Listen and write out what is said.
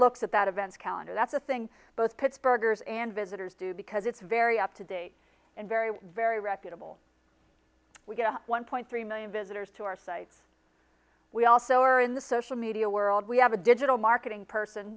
looks at that event calendar that's the thing both pittsburghers and visitors do because it's very up to date and very very reputable we get one point three million visitors to our sites we also are in the social media world we have a digital marketing person